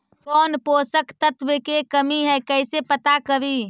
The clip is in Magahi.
कौन पोषक तत्ब के कमी है कैसे पता करि?